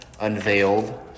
unveiled